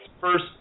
first